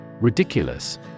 Ridiculous